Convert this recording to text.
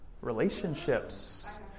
relationships